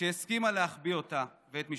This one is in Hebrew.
שהסכימה להחביא אותה ואת משפחתה,